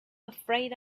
afraid